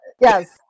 Yes